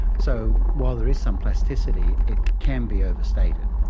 so while there is some plasticity, it can be overstated.